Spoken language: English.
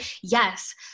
Yes